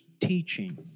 teaching